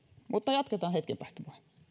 mutta jatketaan hetken päästä